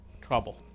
trouble